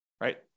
right